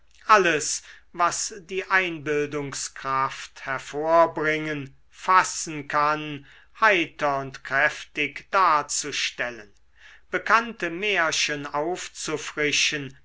alles was die einbildungskraft hervorbringen fassen kann heiter und kräftig darzustellen bekannte märchen aufzufrischen